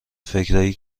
فکرایی